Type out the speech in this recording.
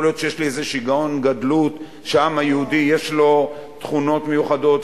יכול להיות שיש לי איזה שיגעון גדלות שהעם היהודי יש לו תכונות מיוחדות,